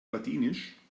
ladinisch